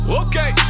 okay